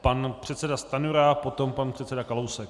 Pan předseda Stanjura, potom pan předseda Kalousek.